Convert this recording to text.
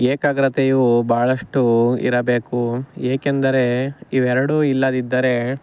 ಏಕಾಗ್ರತೆಯು ಬಹಳಷ್ಟು ಇರಬೇಕು ಏಕೆಂದರೆ ಇವೆರಡೂ ಇಲ್ಲದಿದ್ದರೆ